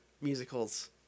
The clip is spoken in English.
musicals